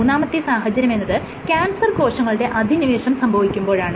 മൂന്നാമത്തെ സാഹചര്യമെന്നത് ക്യാൻസർ കോശങ്ങളുടെ അധിനിവേശം സംഭവിക്കുമ്പോഴാണ്